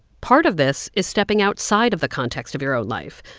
part of this is stepping outside of the context of your own life.